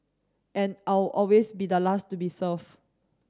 and I'll always be the last to be served